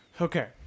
Okay